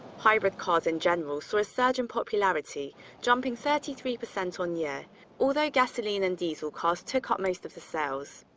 hybrid cars in general saw a surge in popularity jumping thirty three percent on year although gasoline and diesel cars took up most of the sales.